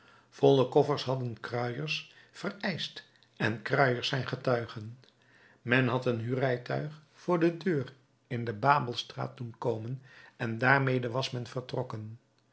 volle koffers hadden kruiers vereischt en kruiers zijn getuigen men had een huurrijtuig voor de deur in de babelstraat doen komen en daarmede was men vertrokken